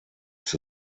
ist